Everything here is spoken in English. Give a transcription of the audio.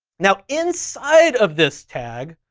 now, inside of this tag,